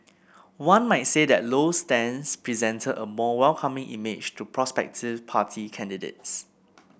one might say that Low's stance presented a more welcoming image to prospective party candidates